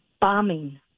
bombing